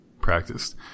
practiced